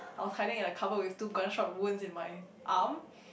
I was hiding in the cupboard with two gunshot wounds in my arm